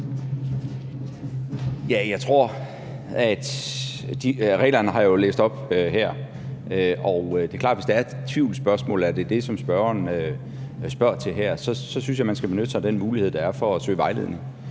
Bødskov): Reglerne har jeg jo læst op her, og det er klart, at hvis der er tvivlsspørgsmål – og er det det, spørgeren spørger til her? – så synes jeg, man skal benytte sig af den mulighed, der er for at søge vejledning.